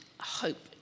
hope